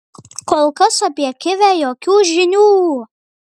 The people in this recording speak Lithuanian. kol kas apie kivę jokių žinių